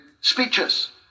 speeches